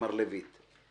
מר לויט.